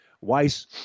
Weiss